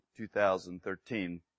2013